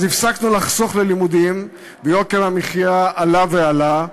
אז הפסקנו לחסוך ללימודים ויוקר המחיה עלה ועלה,